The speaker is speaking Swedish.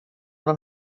den